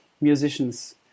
musicians